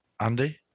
Andy